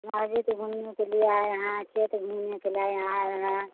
आज ही तो घूमने के लिए आए हैं खेत घूमने के लिए आए हैं